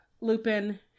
lupin